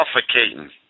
suffocating